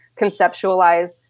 conceptualize